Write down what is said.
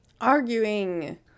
arguing